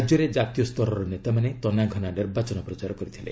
ରାଜ୍ୟରେ ଜାତୀୟ ସ୍ତରର ନେତାମାନେ ତନାଘନା ନିର୍ବାଚନ ପ୍ରଚାର କରିଥିଲେ